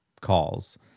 calls